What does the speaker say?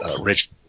rich